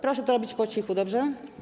Proszę to robić po cichu, dobrze?